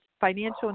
Financial